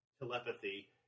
telepathy